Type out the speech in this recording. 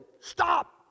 stop